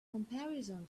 comparison